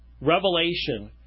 revelation